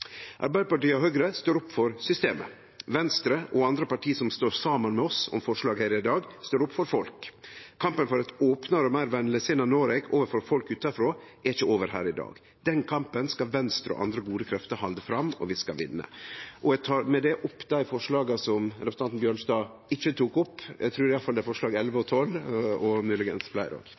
Arbeidarpartiet og Høgre står opp for systemet. Venstre og andre parti som står saman med oss om forslag her i dag, står opp for folk. Kampen for eit meir opent og meir venlegsinna Noreg overfor folk utanfrå er ikkje over her i dag. Den kampen skal Venstre og andre gode krefter halde fram, og vi skal vinne. Eg tek med dette opp forslaga nr. 11 og 12. Representanten Alfred Jens Bjørlo har tatt opp de forslagene han refererte til. Regjeringen setter stor pris på oppmerksomheten om og engasjementet for gründerskap og